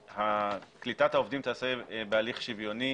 קליטת העובדים תיעשה בהליך שוויוני